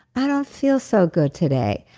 i don't feel so good today.